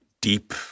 deep